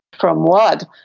from what?